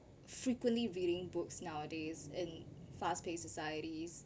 frequently reading books nowadays and fast paced societies